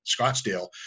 Scottsdale